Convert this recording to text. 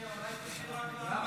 אולי תסביר רק למה.